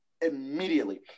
immediately